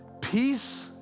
peace